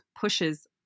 pushes